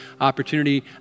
opportunity